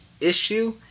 issue